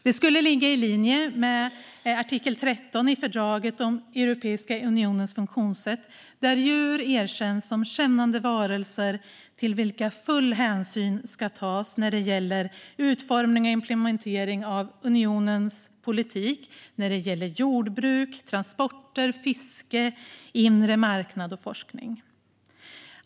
Detta skulle ligga i linje med artikel 13 i fördraget om Europeiska unionens funktionssätt, där djur erkänns som kännande varelser till vilka full hänsyn ska tas när det gäller utformning och implementering av unionens politik för jordbruk, transporter, fiske, inre marknad och forskning.